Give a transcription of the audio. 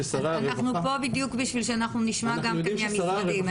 אנחנו פה בדיוק בשביל שאנחנו נשמע גם כן מהמשרדים האלה.